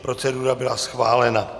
Procedura byla schválena.